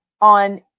on